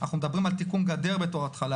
אנחנו מדברים על תיקון גדר בתור התחלה,